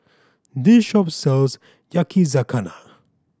this shop sells Yakizakana